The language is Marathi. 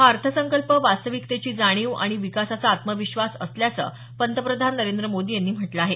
हा अर्थसंकल्प वास्तविकतेची जाणीव आणि विकासाचा आत्मविश्वास असल्याचं पंतप्रधान नरेंद्र मोदी यांनी म्हटलं आहे